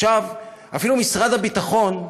אפילו משרד הביטחון,